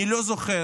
אני לא זוכר